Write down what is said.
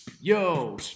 Yo